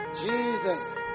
Jesus